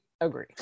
agree